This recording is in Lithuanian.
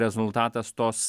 rezultatas tos